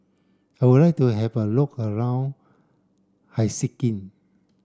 I would like to have a look around Helsinki